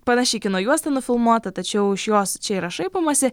panaši kino juosta nufilmuota tačiau iš jos čia yra šaipomasi